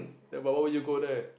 ya but why would you go there